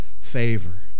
favor